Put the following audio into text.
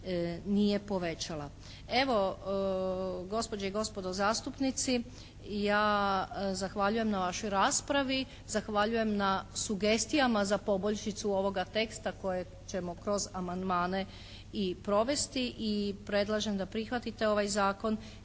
nije povećala. Evo gospođe i gospodo zastupnici ja zahvaljujem na vašoj raspravi. Zahvaljujem na sugestijama za poboljšicu ovoga teksta kojeg ćemo kroz amandmane i provesti. I predlažem da prihvatite ovaj zakon